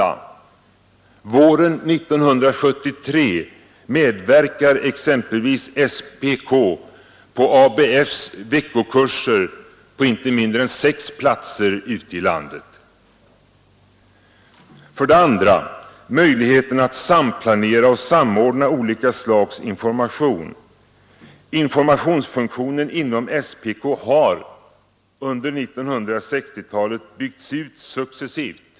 Under våren 1973 medverkar exempelvis SPK i ABF:s veckokurser på inte mindre än sex platser ute i landet. För det andra gäller det möjligheterna att samplanera och samordna olika slags information. Informationsfunktionen inom SPK har under 1960-talet byggts ut successivt.